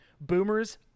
boomers